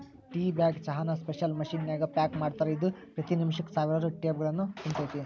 tea bag ಚಹಾನ special machine ನ್ಯಾಗ pack ಮಾಡ್ತಾರ, ಇದು ಪ್ರತಿ ನಿಮಿಷಕ್ಕ ಸಾವಿರಾರು ಟೇಬ್ಯಾಗ್ಗಳನ್ನು ತುಂಬತೇತಿ